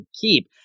keep